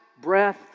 breath